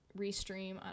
restream